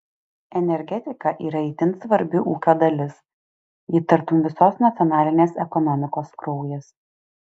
energetika yra itin svarbi ūkio dalis ji tartum visos nacionalinės ekonomikos kraujas